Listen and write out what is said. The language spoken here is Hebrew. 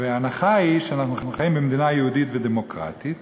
וההנחה היא שאנחנו חיים במדינה יהודית ודמוקרטית,